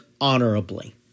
honorably